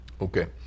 Okay